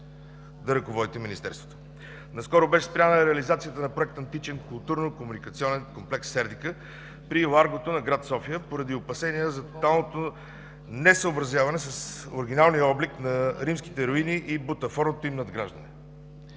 да ръководите министерството. Наскоро беше спряна реализацията на Проект „Античен културно-комуникационен комплекс – Сердика” при Ларгото на град София, поради опасения за тоталното несъобразяване с оригиналния облик на римските руини и бутафорното им надграждане,